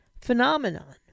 phenomenon